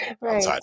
Right